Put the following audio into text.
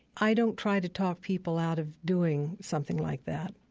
i don't try to talk people out of doing something like that.